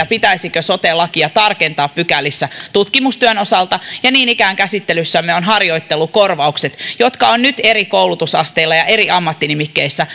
pitäisikö sote lakia tarkentaa pykälissä tutkimustyön osalta ja niin ikään käsittelyssämme ovat harjoittelukorvaukset jotka ovat nyt eri koulutusasteilla ja eri ammattinimikkeissä